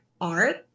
art